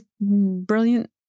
brilliant